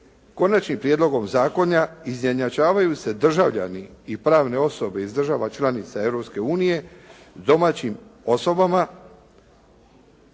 konačnim prijedlogom zakona izjednačavaju se državljani i pravne osobe iz država članica Europske unije domaćim osobama